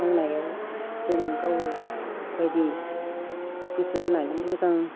मावनायाव जों गाव बायदि गोसो होनानै मोजां